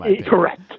Correct